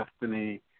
destiny